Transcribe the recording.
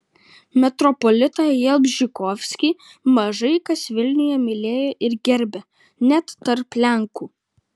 metropolitą jalbžykovskį mažai kas vilniuje mylėjo ir gerbė net tarp lenkų